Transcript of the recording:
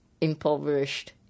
impoverished